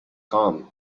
com